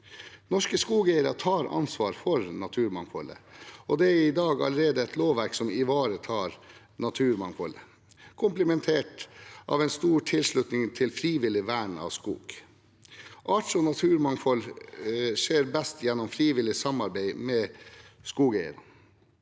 Norske skogeiere tar ansvar for naturmangfoldet, og det er allerede i dag et lovverk som ivaretar naturmangfoldet, komplementert av en stor tilslutning til frivillig vern av skog. Arts- og naturmangfold skjer best gjennom frivillig samarbeid med skogeierne.